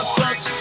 touch